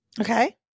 Okay